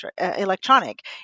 electronic